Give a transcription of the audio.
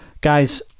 guys